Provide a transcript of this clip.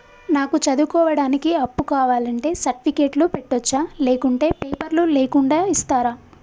నాకు చదువుకోవడానికి అప్పు కావాలంటే సర్టిఫికెట్లు పెట్టొచ్చా లేకుంటే పేపర్లు లేకుండా ఇస్తరా?